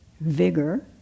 vigor